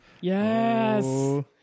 Yes